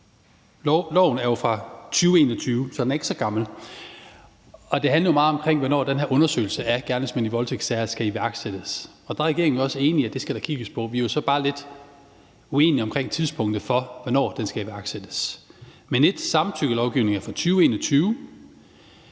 loven er fra 2021, så den er jo ikke så gammel. Det handler jo meget om, hvornår den her undersøgelse om gerningsmænd i voldtægtssager skal iværksættes, og der er regeringen også enig i, at det skal der kigges på. Vi er jo så bare lidt uenige omkring tidspunktet for, hvornår den skal iværksættes. Samtykkelovgivningen er fra 2021,